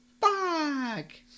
bag